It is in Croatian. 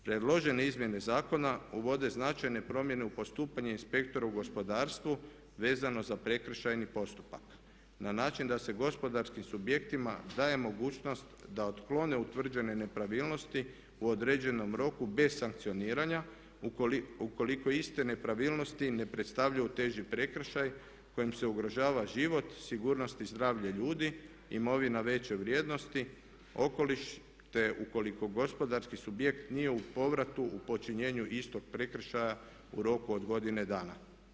Predložene izmjene zakona uvode značajne promjene u postupanje inspektora u gospodarstvu vezano za prekršajni postupak na način da se gospodarskim subjektima daje mogućnost da otklone utvrđene nepravilnosti u određenom roku bez sankcioniranja ukoliko iste nepravilnosti ne predstavljaju teži prekršaj kojim se ugrožava život, sigurnost i zdravlje ljudi, imovina veće vrijednosti, okoliš te ukoliko gospodarski subjekt nije u povratu u počinjenju istog prekršaja u roku od godine dana.